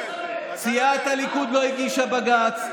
סיעת הליכוד לא הגישה בג"ץ,